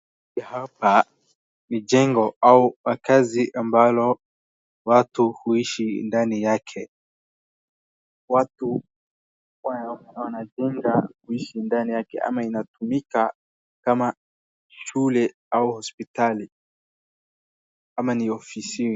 Hapa ni jengo au makazi ambalo watu huishi ndani yake. Watu wanajenga kuishi ndani yake ama inatumika kama shule au hospitali ama ni ofisini.